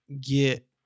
get